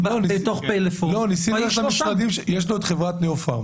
יש לו את חברת ניאופארם.